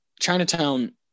Chinatown